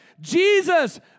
Jesus